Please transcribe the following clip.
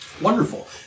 Wonderful